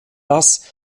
das